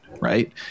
Right